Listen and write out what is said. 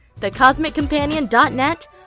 thecosmiccompanion.net